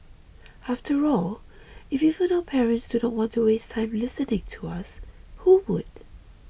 after all if even our parents do not want to waste time listening to us who would